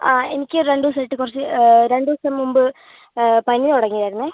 ആ എനിക്ക് രണ്ട് ദിവസം ആയിട്ട് കുറച്ച് രണ്ട് ദിവസം മുമ്പ് പനി തുടങ്ങി ആയിരുന്നെ